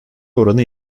oranı